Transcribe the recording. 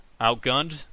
outgunned